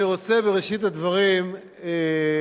אני רוצה בראשית הדברים לברך